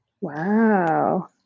Wow